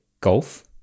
golf